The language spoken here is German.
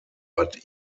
bad